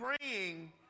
praying